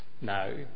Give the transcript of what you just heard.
No